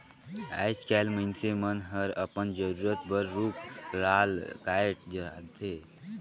आयज कायल मइनसे मन हर अपन जरूरत बर रुख राल कायट धारथे